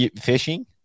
fishing